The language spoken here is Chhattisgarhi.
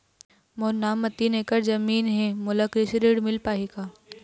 मोर नाम म तीन एकड़ जमीन ही का मोला कृषि ऋण पाहां होही?